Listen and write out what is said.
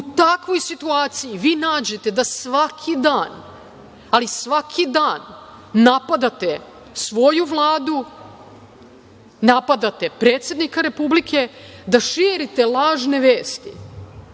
u takvoj situaciji vi nađete da svaki dan, ali svaki dan napadate svoju Vladu, napadate predsednika Republike, da širite lažne vesti,